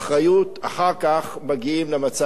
אחר כך מגיעים למצב שהגענו אליו.